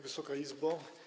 Wysoka Izbo!